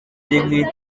rimwe